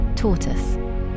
Tortoise